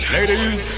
Ladies